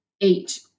eight